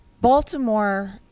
Baltimore